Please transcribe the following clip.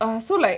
uh so like